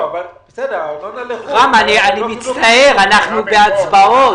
אנחנו בהצבעות.